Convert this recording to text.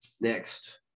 next